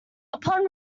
upon